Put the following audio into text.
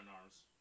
arms